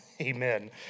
Amen